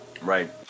right